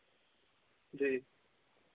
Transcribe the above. जी